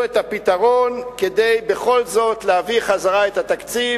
את הפתרון כדי בכל זאת להחזיר את התקציב,